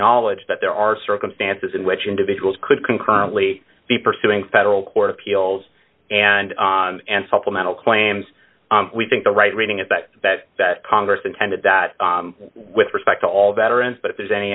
acknowledge that there are circumstances in which individuals could concurrently be pursuing federal court appeals and and supplemental claims we think the right reading is that that that congress intended that with respect to all veterans but if there's any